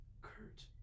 Kurt